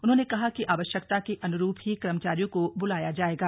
उन्होंने कहा कि आवश्यकता के अन्रूप ही कर्मचारियों को बुलाया जाएगा